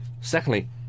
Secondly